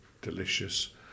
delicious